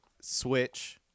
switch